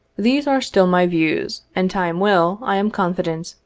these are still my views, and time will, i am confident,